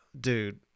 dude